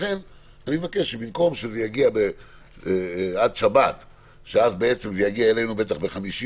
לכן אני מבקש שבמקום שזה יגיע אלינו אחרי שבת ואז זה יגיע אלינו בחמישי